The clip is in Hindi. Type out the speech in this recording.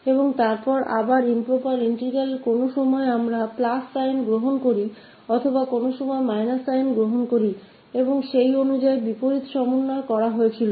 और फिर से इम्प्रॉपर इंटीग्रल और थाकभी कभी हम प्लस चिह्न या कभी कभी हम माइनस चिह्न लेते हैंऔर उसके अनुसार इनवर्स समायोजित किया जाता है ले